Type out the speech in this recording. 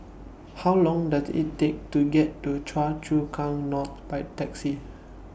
How Long Does IT Take to get to Choa Chu Kang North By Taxi